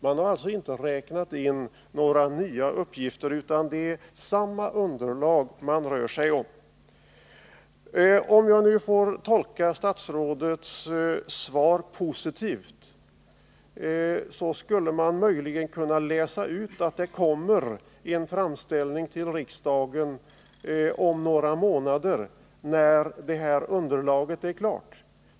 Man har alltså inte räknat in några nya uppgifter, utan det är samma underlag man rör sig med Om jag får tolka statsrådets svar positivt, skulle jag möjligen kunna läsa ut att det kommer en framställning till riksdagen om några månader, när underlaget är klart.